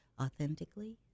authentically